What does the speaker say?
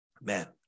Man